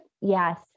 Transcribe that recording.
Yes